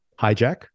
Hijack